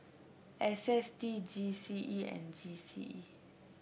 S S T G C E and G C E